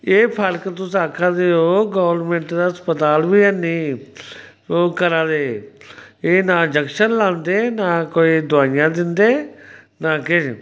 एह् फर्क तुस आखा दे ओ गौरमैंट दे अस्पताल बी हैन्नी ओह् करा दे एह् ना जक्शन लांदे ना कोई दोआइयां दिंदे ना किश